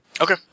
Okay